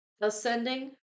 ascending